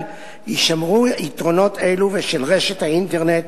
יישמרו יתרונות אלו של רשת האינטרנט,